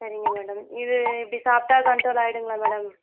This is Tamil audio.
சரிங்க மேடம் இது இப்படி சாப்பிட்டா கண்ட்ரோல் ஆகிடுங்களா மேடம்